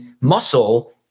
muscle